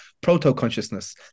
proto-consciousness